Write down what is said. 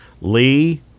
Lee